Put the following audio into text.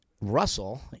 Russell